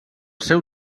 seu